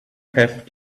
have